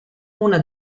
una